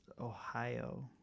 ohio